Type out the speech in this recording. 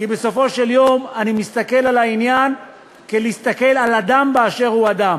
כי בסופו של יום אני מסתכל על העניין כלהסתכל על אדם באשר הוא אדם,